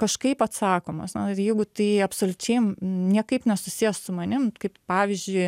kažkaip atsakomos na jeigu tai absoliučiai niekaip nesusiję su manim kaip pavyzdžiui